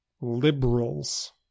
liberals